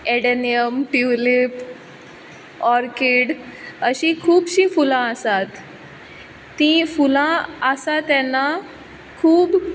adenium tulip orchid अशी खुबशीं फुलां आसात तीं फुलां आसा तेन्ना खूब